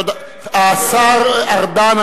השר ארדן,